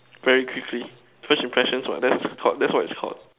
very quickly first impressions what that's what it's called that's what it's called